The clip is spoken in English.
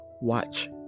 Watch